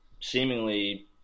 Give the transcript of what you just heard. seemingly